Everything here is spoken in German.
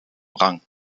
rang